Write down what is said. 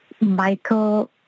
Michael